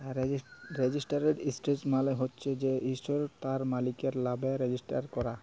registered stock মালে হচ্যে যে ইসটকট তার মালিকের লামে রেজিস্টার ক্যরা